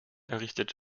errichtet